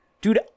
dude